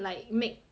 a lot of like